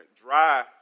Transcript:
dry